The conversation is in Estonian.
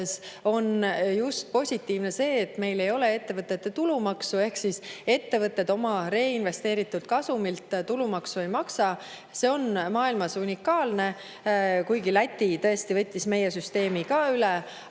on positiivne just see, et meil ei ole ettevõtete tulumaksu ehk ettevõtted oma reinvesteeritud kasumilt tulumaksu ei maksa. See on maailmas unikaalne, kuigi Läti võttis tõesti meie süsteemi üle.